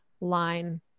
line